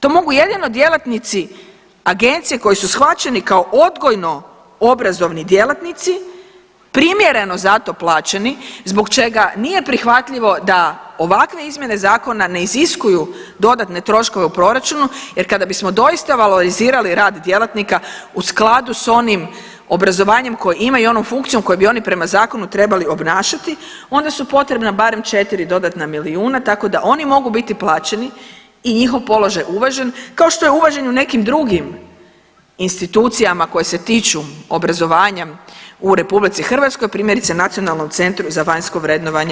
To mogu jedino djelatnici agencije koji su shvaćeni kao odgojno-obrazovni djelatnici, primjereno za to plaćeni zbog čega nije prihvatljivo da ovakve izmjene zakona ne iziskuju dodatne troškove u proračunu jer kada bismo doista valorizirali rad djelatnika u skladu s onim obrazovanjem koji imaju onu funkciju koji bi oni prema zakonu trebali obnašati onda su potrebna barem četiri dodatna tako da oni mogu biti plaćeni i njihov položaj uvažen kao što je uvaženi i u nekim drugim institucijama koje se tiču obrazovanja u RH, primjerice NCVVO-u.